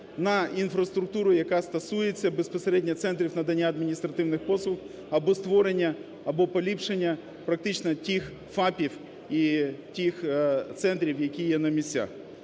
на інфраструктуру, яка стосується безпосередньо центрів надання адміністративних послуг або створення, або поліпшення практично тих ФАПів і тих центрів, які є на місцях.